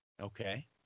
Okay